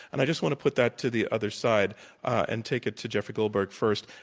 and i just want to put that to the other side and take it to jeffrey goldberg first.